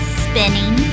spinning